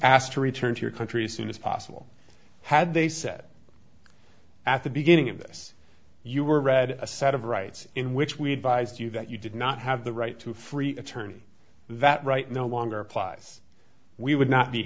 asked to return to your country soon as possible had they set at the beginning of this you were read a set of rights in which we advised you that you did not have the right to free attorney that right no longer applies we would not be